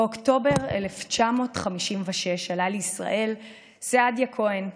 באוקטובר 1956 עלה לישראל סעדיה כהן,